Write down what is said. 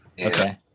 Okay